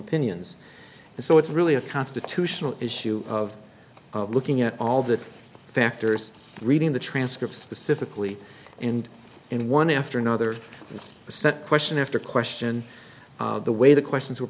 pinions and so it's really a constitutional issue of looking at all the factors reading the transcripts specifically and in one after another set question after question the way the questions were